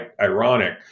ironic